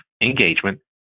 engagement